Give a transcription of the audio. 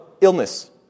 illness